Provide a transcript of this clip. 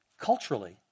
culturally